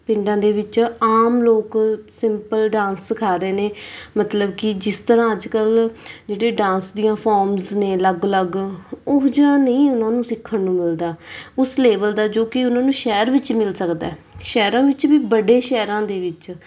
ਪਿੰਡਾਂ ਦੇ ਵਿੱਚ ਆਮ ਲੋਕ ਸਿੰਪਲ ਡਾਂਸ ਸਿਖਾ ਰਹੇ ਨੇ ਮਤਲਬ ਕਿ ਜਿਸ ਤਰ੍ਹਾਂ ਅੱਜ ਕੱਲ੍ਹ ਜਿਹੜੇ ਡਾਂਸ ਦੀਆਂ ਫੋਰਮਸ ਨੇ ਅਲੱਗ ਅਲੱਗ ਉਹੋ ਜਿਹਾ ਨਹੀਂ ਉਹਨਾਂ ਨੂੰ ਸਿੱਖਣ ਨੂੰ ਮਿਲਦਾ ਉਸ ਲੈਵਲ ਦਾ ਜੋ ਕਿ ਉਹਨਾਂ ਨੂੰ ਸ਼ਹਿਰ ਵਿੱਚ ਮਿਲ ਸਕਦਾ ਸ਼ਹਿਰਾਂ ਵਿੱਚ ਵੀ ਵੱਡੇ ਸ਼ਹਿਰਾਂ ਦੇ ਵਿੱਚ